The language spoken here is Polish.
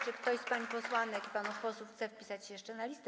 Czy ktoś z pań posłanek i panów posłów chce wpisać się jeszcze na listę?